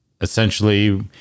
essentially